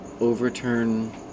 overturn